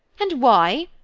and why?